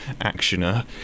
actioner